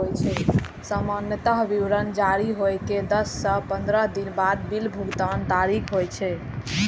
सामान्यतः विवरण जारी होइ के दस सं पंद्रह दिन बाद बिल भुगतानक तारीख होइ छै